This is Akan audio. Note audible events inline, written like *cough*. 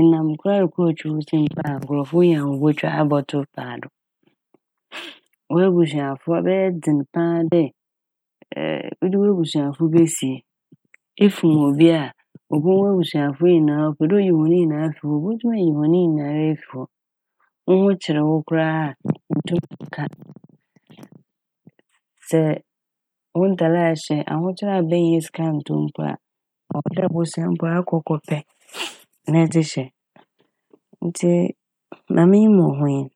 enam koraa a ekotwitwa wo tsir mpo a *noise* nkrɔfo nya a wobotwa abɔto paado. *hesitation* W'ebusuafo ɔbɛyɛ dzen paa dɛ *hesitation* edze w'ebusuafo besie. Efom obi a wobohu w'ebusuafo nyinaa, ɔpɛ dɛ oyi hɔn nyinaa fi hɔ a obotum eyi hɔn nyinara efi hɔ. Woho kyer wo koraa a *noise* nntum *noise* nnka. *noise* Sɛ wo ntar ɛhyɛ ahokyer aba na innya sika nntɔ mpo a ɔwɔ dɛ bosea mpo a akɔkɔpɛ *hesitation* na ɛdze hyɛ ntsi ma minyim wɔ ho nye n'.